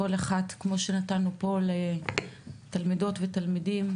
כמו שנתנו פה לתלמידות ותלמידים,